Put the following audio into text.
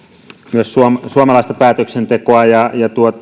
myös suomalaista päätöksentekoa